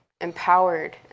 empowered